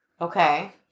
Okay